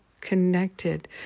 connected